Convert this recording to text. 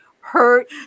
hurt